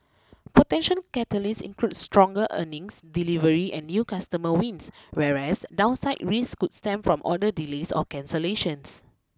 potential catalysts include stronger earnings delivery and new customer wins whereas downside risks could stem from order delays or cancellations